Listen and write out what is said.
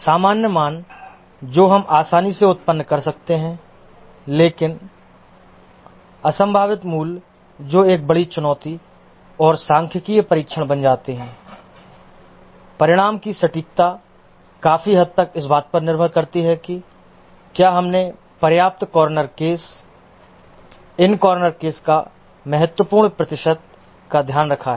सामान्य मान जो हम आसानी से उत्पन्न कर सकते हैं लेकिन असंभावित मूल्य जो एक बड़ी चुनौती और सांख्यिकीय परीक्षण बन जाते हैं परिणाम की सटीकता काफी हद तक इस बात पर निर्भर करती है कि क्या हमने पर्याप्त कॉर्नर केस इन कॉर्नर केस का महत्वपूर्ण प्रतिशत का ध्यान रखा है